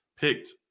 picked